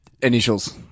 Initials